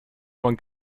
man